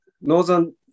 northern